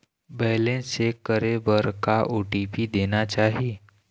Balance check करे बर का ओ.टी.पी देना चाही?